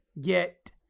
get